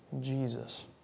Jesus